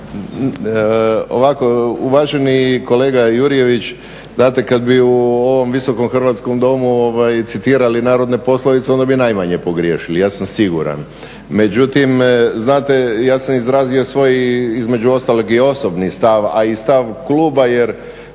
Ovako, uvaženi kolega Jurjević znate kad bi u ovom Visokom hrvatskom domu citirali narodne poslovice onda bi najmanje pogriješili ja sam siguran. Međutim, znate ja sam izrazio svoj između ostalog i osobni stav, a i stav kluba jer